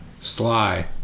Sly